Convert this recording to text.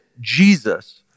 Jesus